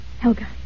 Helga